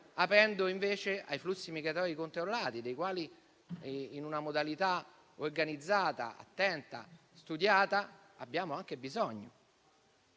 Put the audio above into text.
aprendo invece ai flussi migratori controllati, dei quali in una modalità organizzata, attenta e studiata abbiamo anche bisogno.